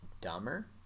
dumber